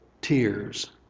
tears